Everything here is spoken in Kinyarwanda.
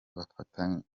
bafatanyije